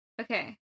Okay